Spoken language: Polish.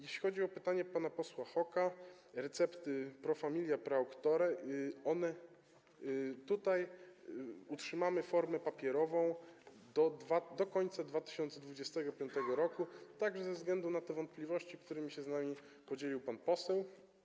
Jeśli chodzi o pytanie pana posła Hoka o recepty pro familia, pro auctore, to tutaj utrzymamy formę papierową do końca 2025 r., także ze względu na te wątpliwości, którymi się z nami podzielił pan poseł.